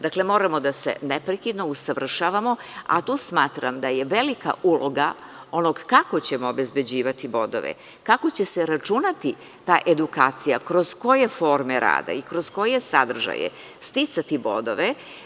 Dakle, moramo da se neprekidno usavršavamo, a tu smatram da je velika uloga onog kako ćemo obezbeđivati bodove, kako će se računati ta edukacija, kroz koje forume rada i kroz koje sadržaje sticati bodove.